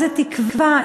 איזו תקווה?